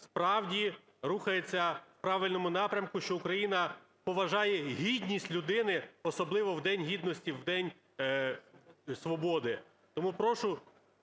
справді рухається в правильному напрямку, що Україна поважає гідністю людини, особливо в День Гідності, в День Свободи. Тому прошу